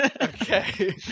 okay